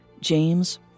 James